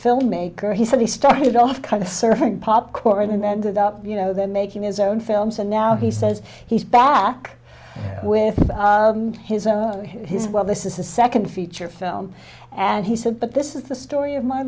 filmmaker he said he started off kind of servant popcorn and ended up you know there making his own films and now he says he's back with his own his well this is the second feature film and he said but this is the story of my